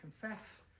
confess